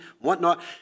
whatnot